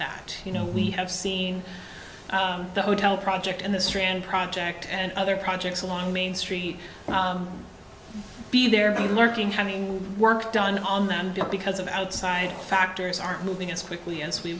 that you know we have seen the hotel project and the strand project and other projects along main street be there be lurking having work done on them because of outside factors aren't moving as quickly as we